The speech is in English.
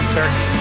turkey